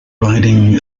riding